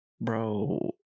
Bro